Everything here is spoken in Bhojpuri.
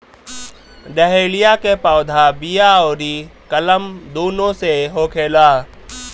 डहेलिया के पौधा बिया अउरी कलम दूनो से होखेला